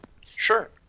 Sure